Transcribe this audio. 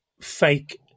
fake